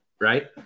right